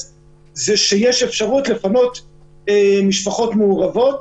זה שיש אפשרות לפנות משפחות מעורבות.